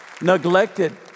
neglected